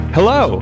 Hello